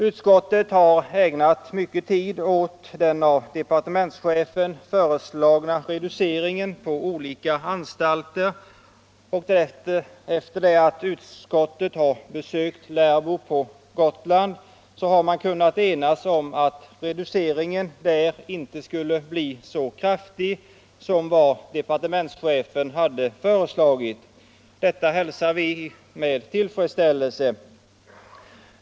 Utskottet har ägnat mycken tid åt den av departementschefen föreslagna reduceringen på olika anstalter, och efter att ha besökt Lärbro på Gotland har man kunnat enas om att reduceringen där inte skall bli så kraftig som vad departementschefen föreslagit. Detta hälsar vi med tillfredsställelse.